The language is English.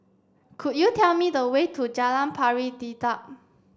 could you tell me the way to Jalan Pari Dedap